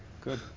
Good